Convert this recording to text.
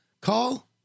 call